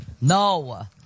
No